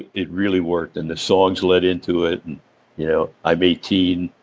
it it really worked, and the songs led into it you know i'm eighteen.